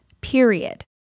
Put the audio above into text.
period